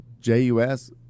J-U-S